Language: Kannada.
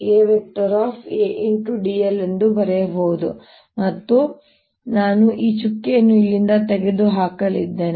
Aadl ಎಂದು ಬರೆಯಬಹುದು ಮತ್ತು ಆದ್ದರಿಂದ ನಾನು ಈ ಚುಕ್ಕೆಯನ್ನು ಇಲ್ಲಿಂದ ತೆಗೆದುಹಾಕಲಿದ್ದೇನೆ